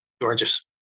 gorgeous